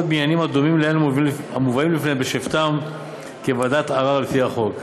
בעניינים הדומים לאלה המובאים לפניהם בשבתם כוועדת ערר לפי החוק.